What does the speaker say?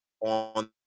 on